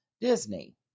Disney